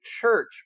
church